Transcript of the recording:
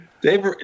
Dave